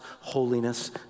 holiness